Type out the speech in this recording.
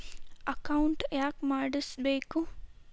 Account ಯಾಕ್ ಮಾಡಿಸಬೇಕು?